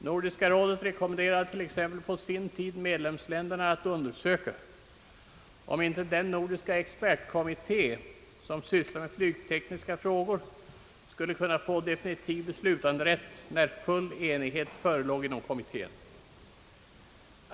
Nordiska rådet rekommenderade t.ex. på sin tid medlemsländerna att undersöka om inte den nordiska expertkommitté som sysslar med flygtekniska frågor skulle få definitiv beslutanderätt när full enighet förelåg inom kommittén.